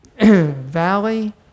valley